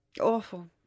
awful